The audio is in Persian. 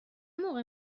موقع